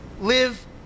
live